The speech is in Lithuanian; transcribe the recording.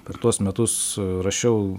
per tuos metus rašiau